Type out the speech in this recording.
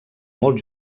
molt